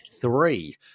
Three